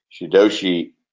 shidoshi